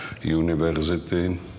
University